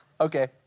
Okay